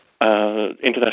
International